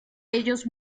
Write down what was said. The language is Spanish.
ellos